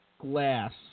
Glass